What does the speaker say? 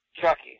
Chucky